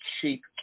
cheap